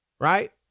right